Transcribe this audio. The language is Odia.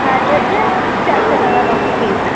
ପ୍ରାଇଭେଟ୍ରେ ଚାରିଶହ ଟଙ୍କା ରହୁଛି ଫିସ୍